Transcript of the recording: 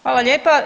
Hvala lijepa.